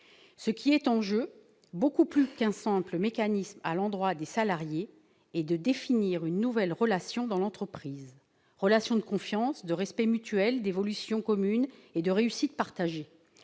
Ce qui est en jeu, c'est beaucoup plus que de créer un simple mécanisme à l'endroit des salariés, c'est définir une nouvelle relation dans l'entreprise : une relation de confiance, de respect mutuel, d'évolution commune et de réussite partagée.